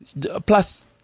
plus